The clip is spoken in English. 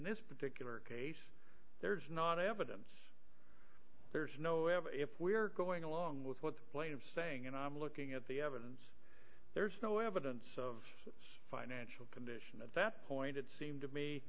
this particular case there's not evidence there's no have a if we are going along with what the plane of saying and i'm looking at the evidence there's no evidence of this financial condition at that point it seemed to me